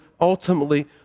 ultimately